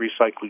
recycling